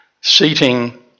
seating